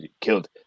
killed